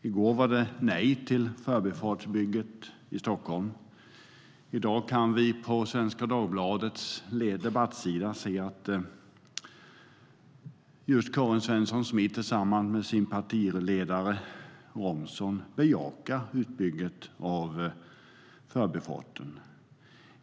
I går var det nej till bygget av Förbifarten i Stockholm, och i dag kan vi på Svenska Dagbladets debattsida se att just Karin Svensson Smith - tillsammans med sin partiledare, Romson - bejakar utbygget av Förbifarten.